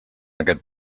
aquest